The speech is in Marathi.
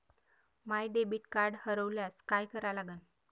माय डेबिट कार्ड हरोल्यास काय करा लागन?